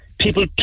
people